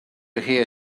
hear